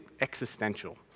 existential